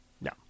No